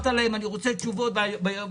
תו ירוק ותו סגול קיימות שלושה שבועות.